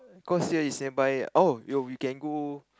cos here is nearby oh yo we can go